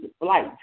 flight